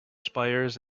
spires